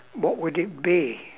what would it be